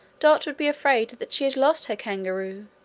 dot would be afraid that she had lost her kangaroo,